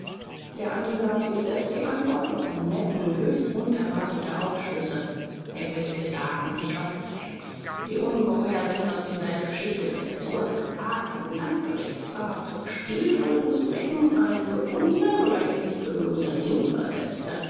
der andere gab sich selbst die antwort und seinem neffen höchst unerwartete aufschlüsse ich will es dir sagen ich weiß es längst die ungeheuer sensationelle geschichte daß der sohn eines adligen landgerichtsrats um spielschulden zu decken einen gefundenen oder ihm nicht gehörenden ring versetzte